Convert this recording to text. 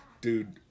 dude